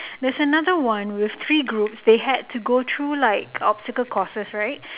there's another one with three groups they had to go through like obstacle courses right